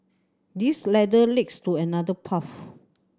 this ladder leads to another path